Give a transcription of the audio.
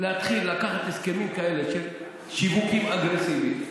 להתחיל לקחת הסכמים כאלה של שיווקים אגרסיביים,